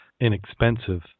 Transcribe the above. inexpensive